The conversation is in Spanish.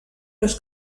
los